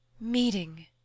Meeting